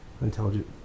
intelligent